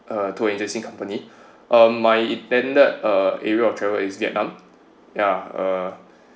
uh travel agency company um my intended uh area of travel is vietnam ya uh